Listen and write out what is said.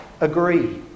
agree